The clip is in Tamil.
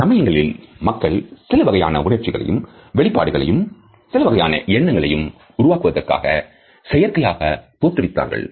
சில சமயங்களில் மக்கள் சிலவகையான உணர்ச்சிகளையும் வெளிப்பாடுகளையும் சிலவகையான எண்ணங்களை உருவாக்குவதற்காக செயற்கையாக தோற்றுவித்தார்கள்